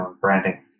branding